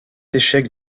échec